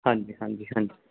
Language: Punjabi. ਹਾਂਜੀ ਹਾਂਜੀ ਹਾਂਜੀ